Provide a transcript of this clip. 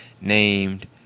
named